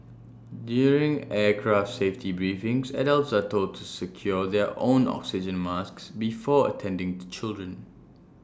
during aircraft safety briefings adults are told to secure their own oxygen masks before attending to children